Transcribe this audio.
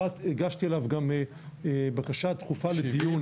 הגשתי עליו גם בקשה דחופה לדיון,